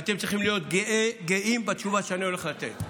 ואתם צריכים להיות גאים בתשובה שאני הולך לתת,